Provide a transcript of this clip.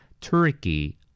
Turkey